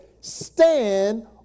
stand